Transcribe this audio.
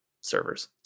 servers